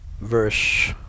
verse